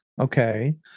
Okay